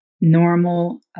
normal